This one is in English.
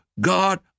God